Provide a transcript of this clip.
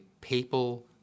papal